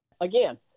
again